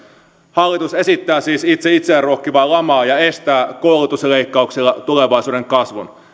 hallitus esittää siis itse itseään ruokkivaa lamaa ja estää koulutusleikkauksilla tulevaisuuden kasvun